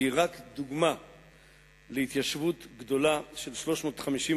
והיא רק דוגמה להתיישבות גדולה של 350,000